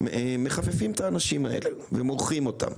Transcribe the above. מחפפים את האנשים האלה ומורחים אותם.